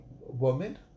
woman